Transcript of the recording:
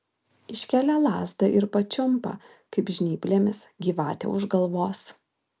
iškelia lazdą ir pačiumpa kaip žnyplėmis gyvatę už galvos